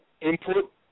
input